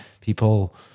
people